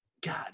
God